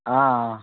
ആ